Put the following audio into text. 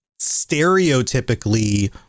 stereotypically